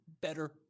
better